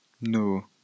No